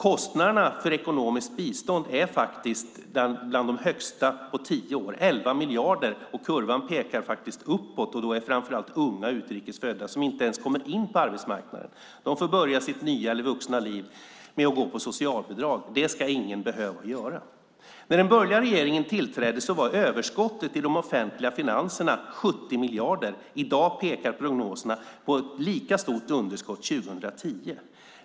Kostnaderna för ekonomiskt bistånd är bland de högsta på tio år - 11 miljarder - och kurvan pekar uppåt. Det är framför allt unga, utrikes födda som inte ens kommer in på arbetsmarknaden. De får börja sitt nya, vuxna liv med att gå på socialbidrag. Det ska ingen behöva göra. När den borgerliga regeringen tillträdde var överskottet i de offentliga finanserna 70 miljarder. I dag pekar prognoserna mot ett lika stort underskott 2010.